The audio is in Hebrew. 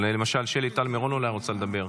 למשל שלי טל מירון אולי רוצה לדבר.